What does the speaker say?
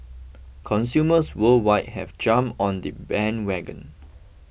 consumers worldwide have jump on the bandwagon